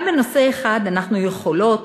אבל בנושא אחד אנחנו יכולות